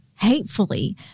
hatefully